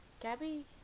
Gabby